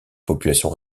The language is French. populations